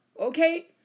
okay